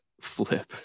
Flip